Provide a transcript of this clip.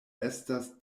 estas